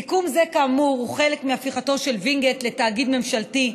סיכום זה הוא חלק מהפיכתו של וינגייט לתאגיד ממשלתי.